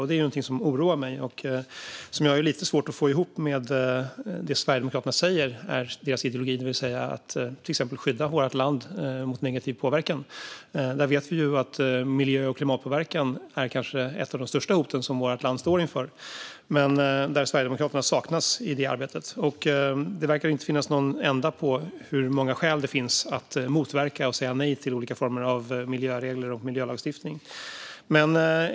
Detta är någonting som oroar mig och som jag har lite svårt att få ihop med det som Sverigedemokraterna säger är deras ideologi, det vill säga att till exempel skydda vårt land mot negativ påverkan. Vi vet ju att miljö och klimatpåverkan är ett av de största hot som vårt land står inför, men Sverigedemokraterna saknas i det arbetet. Det verkar inte finnas någon ända på hur många skäl det finns att motverka och säga nej till olika former av miljöregler och miljölagstiftning.